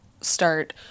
start